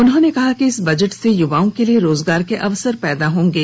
उन्होंने कहा कि इस बजट से युवाओं के लिए रोजगार के अवसर पैदा होंगे